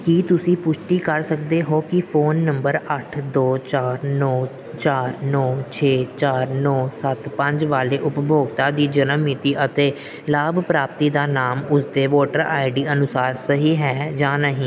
ਕੀ ਤੁਸੀਂ ਪੁਸ਼ਟੀ ਕਰ ਸਕਦੇ ਹੋ ਕਿ ਫੋਨ ਨੰਬਰ ਅੱਠ ਦੋ ਚਾਰ ਨੌ ਚਾਰ ਨੌ ਛੇ ਚਾਰ ਨੌ ਸੱਤ ਪੰਜ ਵਾਲੇ ਉਪਭੋਗਤਾ ਦੀ ਜਨਮ ਮਿਤੀ ਅਤੇ ਲਾਭ ਪ੍ਰਾਪਤੀ ਦਾ ਨਾਮ ਉਸਦੇ ਵੋਟਰ ਆਈ ਡੀ ਅਨੁਸਾਰ ਸਹੀ ਹੈ ਜਾਂ ਨਹੀਂ